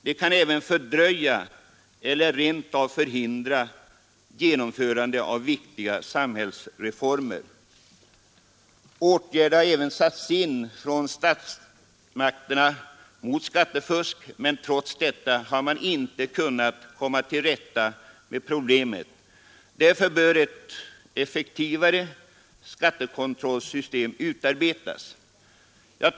Det kan även fördröja eller rent av förhindra genomförande av viktiga samhällsreformer. Åtgärder har även satts in från statsmakterna mot skattefusk, men trots detta har man inte kunnat komma till rätta med problemet. Därför bör ett effektivare skattekontrollsystem utarbetas.